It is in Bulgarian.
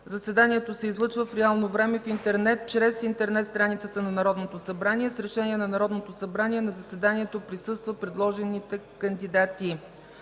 Заседанията се излъчват в реално време в интернет чрез интернет страницата на Народното събрание с решение на Народното събрание. На заседанието присъстват предложените кандидати.